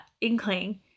inkling